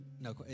No